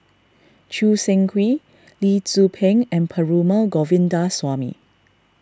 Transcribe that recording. Choo Seng Quee Lee Tzu Pheng and Perumal Govindaswamy